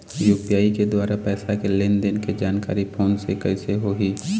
UPI के द्वारा पैसा के लेन देन के जानकारी फोन से कइसे होही?